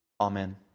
Amen